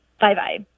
Bye-bye